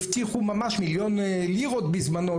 הבטיחו ממש מיליון לירות בזמנו,